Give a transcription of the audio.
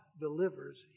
delivers